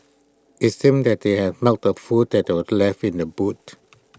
IT seemed that they had smelt the food that were left in the boot